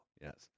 Yes